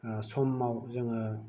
समाव जोङो